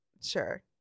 Sure